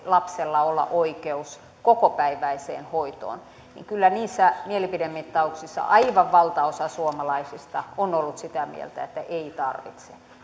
lapsella olla oikeus kokopäiväiseen hoitoon kyllä niissä mielipidemittauksissa aivan valtaosa suomalaisista on ollut sitä mieltä että ei tarvitse